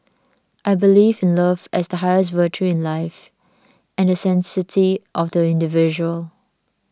I believe in love as the highest virtue in life and the sanctity of the individual